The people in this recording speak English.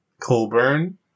Colburn